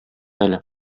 әле